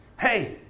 Hey